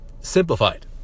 simplified